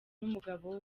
n’umugabo